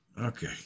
Okay